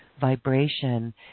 vibration